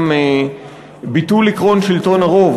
גם ביטול עקרון שלטון הרוב.